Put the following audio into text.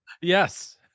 Yes